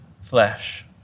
flesh